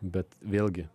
bet vėlgi